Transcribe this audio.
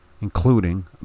including